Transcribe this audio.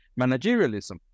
managerialism